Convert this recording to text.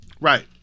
Right